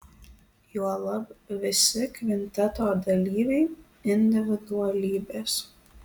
juolab visi kvinteto dalyviai individualybės